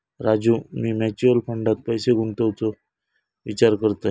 राजू, मी म्युचल फंडात पैसे गुंतवूचो विचार करतय